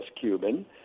Cuban